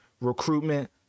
recruitment